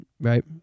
right